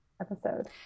episode